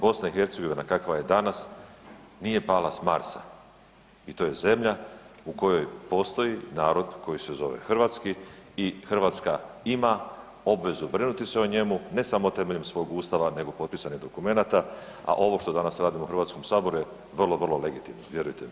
BiH kakva je danas nije pala s Marsa i to je zemlja u kojoj postoji narod koji se zove Hrvatski i Hrvatska ima obvezu brinuti se o njemu ne samo temeljem svog Ustava nego potpisanih dokumenata, a ovo što danas radimo u Hrvatskom saboru je vrlo, vrlo legitimno, vjerujte mi.